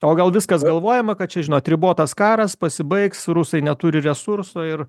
o gal viskas galvojama kad čia žinot ribotas karas pasibaigs rusai neturi resursų ir